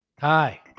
hi